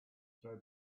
throw